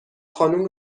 خانوم